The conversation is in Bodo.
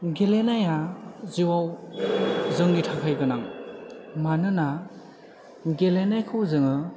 गेलेनाया जिउआव जोंनि थाखाय गोनां मानोना गेलेनायखौ जोङो